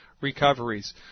recoveries